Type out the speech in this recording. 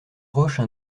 roches